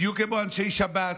בדיוק כמו אנשי שב"ס,